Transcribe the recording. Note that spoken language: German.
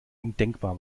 undenkbar